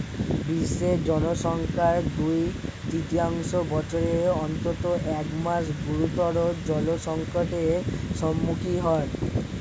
বিশ্বের জনসংখ্যার দুই তৃতীয়াংশ বছরের অন্তত এক মাস গুরুতর জলসংকটের সম্মুখীন হয়